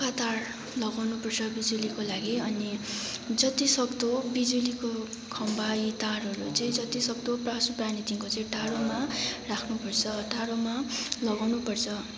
पक्का तार लगाउनु पर्छ बिजुलीको लागि अनि जति सक्दो बिजुलीको खम्बा तारहरू चाहिँ जति सक्दो पशु प्राणी देखिको चाहिँ टाढामा राख्नु पर्छ टाढामा लगाउनु पर्छ